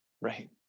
right